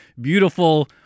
beautiful